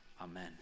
amen